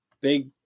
big